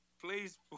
please